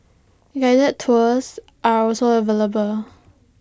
guided tours are also available